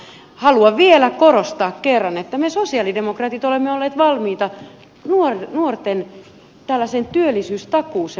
haluan vielä korostaa kerran että me sosialidemokraatit olemme olleet valmiita tällaiseen nuorten työllisyystakuuseen